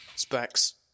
Specs